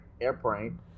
airplane